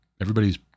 everybody's